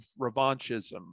revanchism